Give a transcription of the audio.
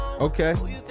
Okay